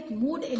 mood